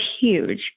huge